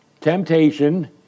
temptation